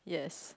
yes